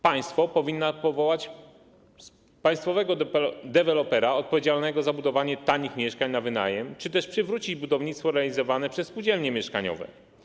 Państwo powinno powołać państwowego dewelopera odpowiedzialnego za budowanie tanich mieszkań na wynajem czy też przywrócić budownictwo realizowane przez spółdzielnie mieszkaniowe.